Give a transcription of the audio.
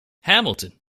hamilton